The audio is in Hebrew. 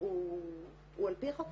הוא על פי החוק.